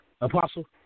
Apostle